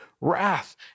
wrath